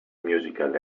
musical